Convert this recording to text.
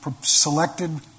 selected